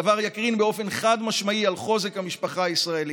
הדבר יקרין באופן חד-משמעי על חוזק המשפחה הישראלית,